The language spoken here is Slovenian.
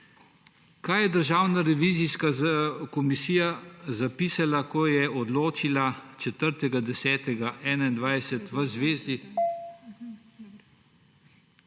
Kaj je Državna revizijska komisija zapisala, ko je odločila 10. 10. 2021 v zvezi